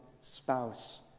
spouse